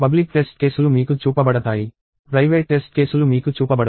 public test కేసులు మీకు చూపబడతాయి ప్రైవేట్ టెస్ట్ కేసులు మీకు చూపబడవు